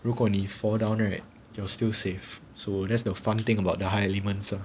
如果你 fall down right you're still safe so that's the fun thing about the high elements ah